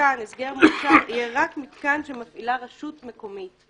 שהמתקן יהיה רק מתקן שמפעילה רשות מקומית,